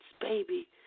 baby